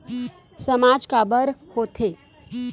सामाज काबर हो थे?